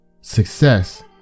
success